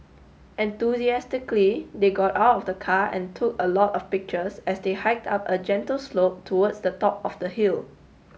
enthusiastically they got out of the car and took a lot of pictures as they hiked up a gentle slope towards the top of the hill